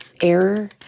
error